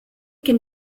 can